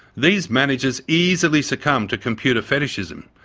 these managers easily succumb to computer fetishism,